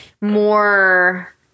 more